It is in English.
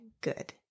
good